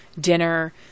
dinner